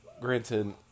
granted